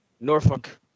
Norfolk